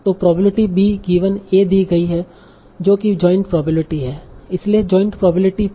तों probability B given A दी गयी है जो की जोइंट प्रोबेबिलिटी है